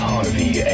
Harvey